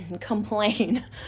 complain